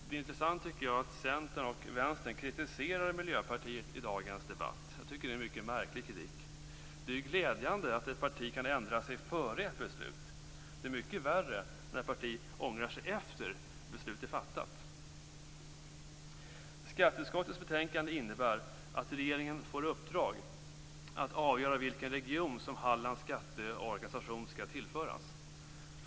Det är intressant att Centern och Vänsterpartiet kritiserar Miljöpartiet i dagens debatt. Jag tycker att det är en mycket märklig kritik. Det är ju glädjande att ett parti kan ändra sig före ett beslut. Det är mycket värre när ett parti ångrar sig efter att ett beslut är fattat. Skatteutskottets betänkande innebär att regeringen får i uppdrag att avgöra vilken region Hallands skatteorganisation skall föras till.